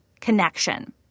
connection